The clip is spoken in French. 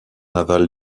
aval